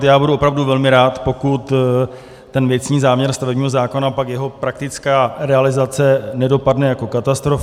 Já budu opravdu velmi rád, pokud ten věcný záměr stavebního zákona a pak jeho praktická realizace nedopadne jako katastrofa.